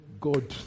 God